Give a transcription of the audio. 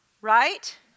right